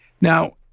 Now